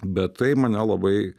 bet tai mane labai